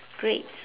great